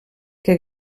que